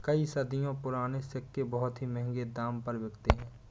कई सदियों पुराने सिक्के बहुत ही महंगे दाम पर बिकते है